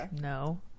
No